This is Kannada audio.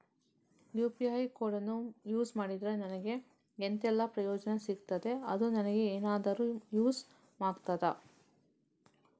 ಯು.ಪಿ.ಐ ಕೋಡನ್ನು ಯೂಸ್ ಮಾಡಿದ್ರೆ ನನಗೆ ಎಂಥೆಲ್ಲಾ ಪ್ರಯೋಜನ ಸಿಗ್ತದೆ, ಅದು ನನಗೆ ಎನಾದರೂ ಯೂಸ್ ಆಗ್ತದಾ?